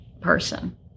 person